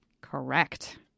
Correct